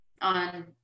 on